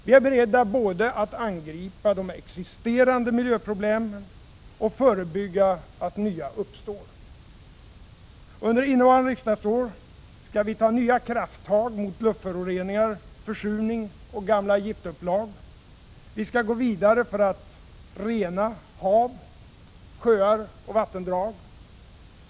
Vi är beredda att både angripa existerande miljöproblem och förebygga att nya uppstår. Under innevarande riksdagsår skall vi ta nya krafttag mot luftföroreningar, försurning och gamla giftupplag. Vi skall gå vidare för att rena hav, sjöar och vattendrag.